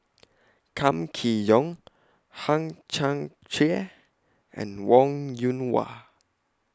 Kam Kee Yong Hang Chang Chieh and Wong Yoon Wah